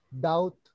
doubt